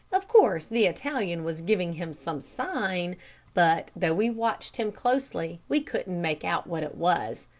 of course, the italian was giving him some sign but, though we watched him closely, we couldn't make out what it was.